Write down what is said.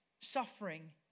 suffering